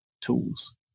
tools